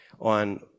on